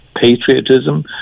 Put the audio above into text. Patriotism